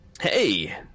Hey